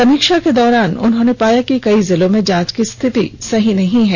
समीक्षा के दौरान उन्होंने पाया कि कई जिलों में जांच की स्थिति सही नहीं है